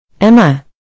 Emma